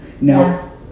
Now